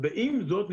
עם זאת,